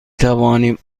توانیم